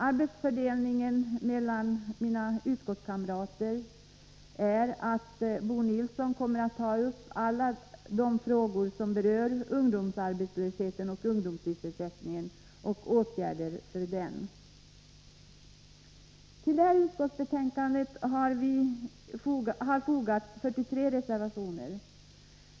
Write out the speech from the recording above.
Arbetsfördelningen mellan mig och mina utskottskamrater är sådan att Bo Nilsson kommer att ta upp alla frågor som berör ungdomsarbetslöshet och ungdomssysselsättning och åtgärder i samband därmed. Till utskottsbetänkandet har fogats 43 reservationer.